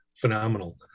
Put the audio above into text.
phenomenal